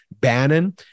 Bannon